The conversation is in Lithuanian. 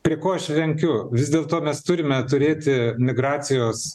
prie ko aš lenkiu vis dėlto mes turime turėti migracijos